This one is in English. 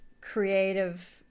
creative